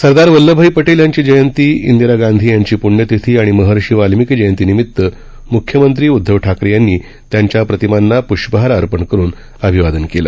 सरदार वल्लभाई पटेल यांची जयंती टिरा गांधी यांची पूण्यतिथी आणि महर्षी वाल्मीकी जयंती निमित्त मुख्यमंत्री उद्धव ठाकरे यांनी त्यांच्या प्रतिमांना प्रष्पहार अर्पण करुन अभिवादन केलं